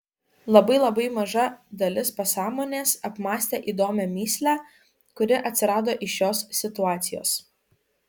labai labai maža dalis pasąmonės apmąstė įdomią mįslę kuri atsirado iš šios situacijos